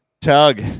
Tug